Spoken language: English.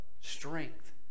strength